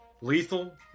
Lethal